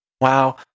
Wow